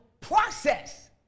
process